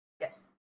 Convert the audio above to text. Yes